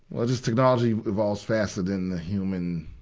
well, just technology evolves faster than human,